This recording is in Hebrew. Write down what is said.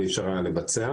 ואי-אפשר היה לבצע.